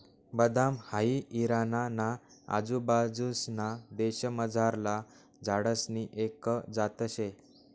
बदाम हाई इराणा ना आजूबाजूंसना देशमझारला झाडसनी एक जात शे